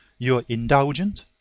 you are indulgent,